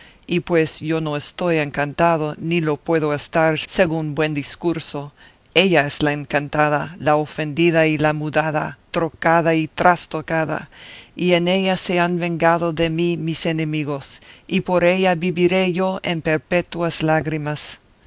y pues yo no estoy encantado ni lo puedo estar según buen discurso ella es la encantada la ofendida y la mudada trocada y trastrocada y en ella se han vengado de mí mis enemigos y por ella viviré yo en perpetuas lágrimas